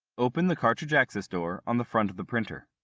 open the cartridge access door on the front of the printer.